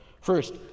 First